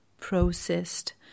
processed